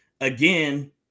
again